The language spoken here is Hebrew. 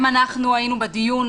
גם אנחנו היינו בדיון,